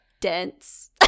dense